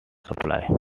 supply